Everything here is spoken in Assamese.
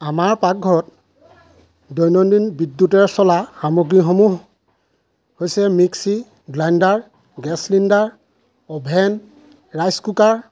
আমাৰ পাকঘৰত দৈনন্দিন বিদ্যুতেৰে চলা সামগ্ৰীসমূহ হৈছে mixie grinder gas cylinder oven rice cooker